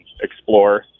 explore